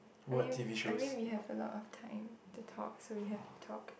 I mean I mean we have a lot of time to talk so we have to talk